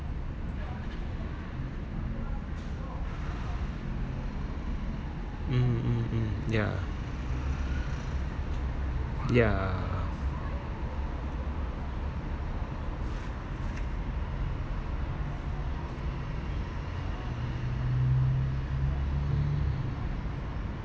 um um um ya ya